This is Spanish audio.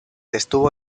estuvo